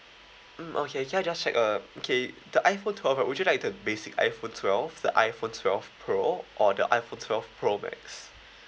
mm okay can I just check uh okay the iphone twelve w~ would you like the basic iphone twelve the iphone twelve pro or the iphone twelve pro max